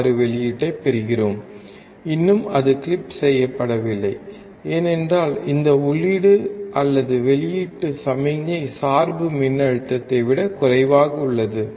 6 வெளியீட்டைப் பெறுகிறோம் இன்னும் அது கிளிப் செய்யப்படவில்லை ஏனென்றால் இந்த உள்ளீடு அல்லது வெளியீட்டு சமிக்ஞை சார்பு மின்னழுத்தத்தை விடக் குறைவாக உள்ளது